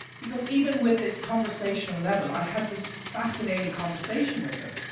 because even with this conversation level, i had this fascinating conversation with him.